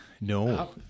No